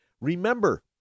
remember